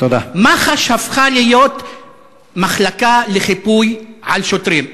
מח"ש הפכה להיות מחלקה לחיפוי על שוטרים.